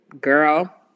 Girl